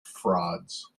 frauds